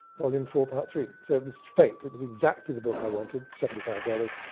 volume four part three. so it was fate, it was exactly the book i wanted, seventy five dollars,